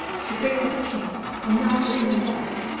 she picked up a chair and knocked the woman down.